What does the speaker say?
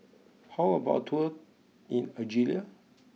how about a tour in Algeria